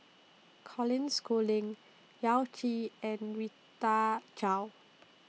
Colin Schooling Yao Zi and Rita Chao